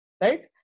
Right